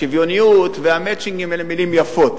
השוויוניות וה"מצ'ינגים" אלה מלים יפות,